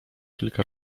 kilka